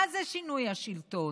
מה זה שינוי השלטון?